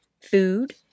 food